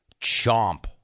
chomp